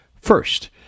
first